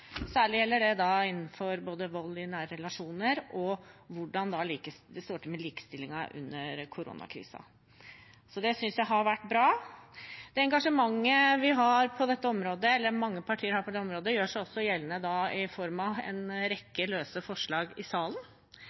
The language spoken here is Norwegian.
Særlig gjelder det i forbindelse med vold i nære relasjoner og med hvordan det står til med likestillingen under koronakrisen. Det synes jeg har vært bra. Det engasjementet mange partier har på dette området, gjør seg også gjeldende i form av en rekke løse forslag.